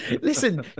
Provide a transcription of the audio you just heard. listen